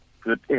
Good